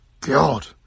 God